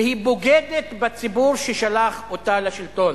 והיא בוגדת בציבור ששלח אותה לשלטון.